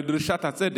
לדרישת הצדק.